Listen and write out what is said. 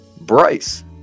Bryce